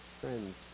Friends